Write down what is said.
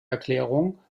erklärung